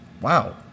Wow